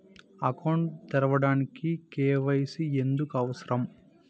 Account తెరవడానికి, KYC ఎందుకు అవసరం?